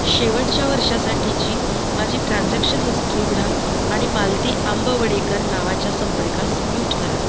शेवटच्या वर्षासाठीची माझी ट्रान्झॅक्शन हिस्टरी उघडा आणि मालती आंबवडेकर नावाच्या संपर्कास म्यूट करा